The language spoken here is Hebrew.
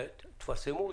תפרסמו אותו.